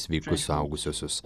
sveikus suaugusiuosius